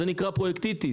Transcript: זה נקרא "פרויקטיטיס".